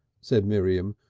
said miriam,